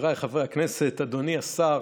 חבריי חברי הכנסת, אדוני השר,